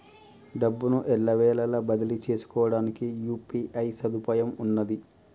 డబ్బును ఎల్లవేళలా బదిలీ చేసుకోవడానికి యూ.పీ.ఐ సదుపాయం ఉన్నది